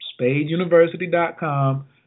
spadeuniversity.com